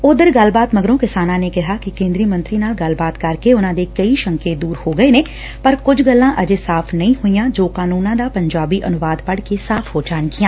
ਓਧਰ ਗੱਲਬਾਤ ਮਗਰੋਂ ਕਿਸਾਨਾਂ ਨੇ ਕਿਹਾ ਕਿ ਕੇਂਦਰੀ ਮੰਤਰੀ ਨਾਲ ਗੱਲਬਾਤ ਕਰਕੇ ਉਨਾਂ ਦੇ ਕਈ ਸ਼ੰਕੇ ਦੁਰ ਹੋ ਗਏ ਨੇ ਪਰ ਕੁਝ ਗੱਲਾ ਅਜੇ ਸਾਫ਼ ਨਹੀ ਹੋਈਆ ਜੋ ਕਾਨੂੰਨਾ ਦਾ ਪੰਜਾਬੀ ਅਨੁਵਾਦ ਪੜ ਕੇ ਸਾਫ਼ ਹੋ ਜਾਣਗੀਆਂ